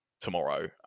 tomorrow